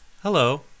Hello